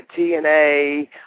TNA